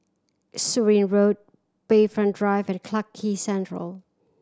Surin Road Bayfront Drive and Clarke Quay Central